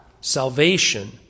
salvation